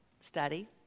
study